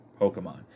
Pokemon